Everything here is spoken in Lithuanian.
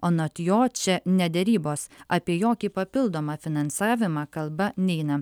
anot jo čia ne derybos apie jokį papildomą finansavimą kalba neina